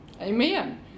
Amen